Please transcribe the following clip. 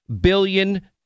billion